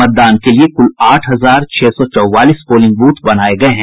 मतदान के लिए कुल आठ हजार छह सौ चौवालीस पोलिंग ब्रथों बनाये गये हैं